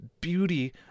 beauty